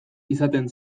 izaten